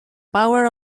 power